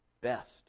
best